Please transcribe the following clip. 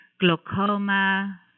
glaucoma